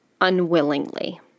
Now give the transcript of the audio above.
unwillingly